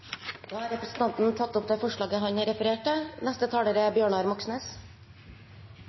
Da har representanten Bjørnar Moxnes tatt opp det forslaget han refererte til.